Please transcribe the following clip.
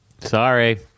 Sorry